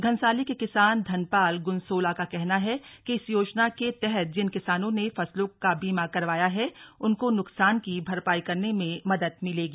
घनसाली के किसान धनपाल गुनसोला का कहना है कि इस योजना के तहत जिन किसानों ने फसलों का बीमा करवाया है उनको नुकसान की भरपाई करने में मदद मिलेगी